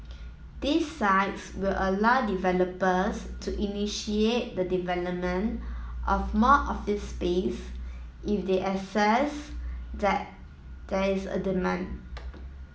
these sites will allow developers to initiate the development of more office space if they assess that there is a demand